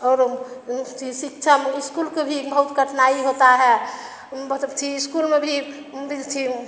और ओ सिच्छा में इस्कूल के भी बहुत कठिनाई होता है बहुत अच्छी इस्कूल में भी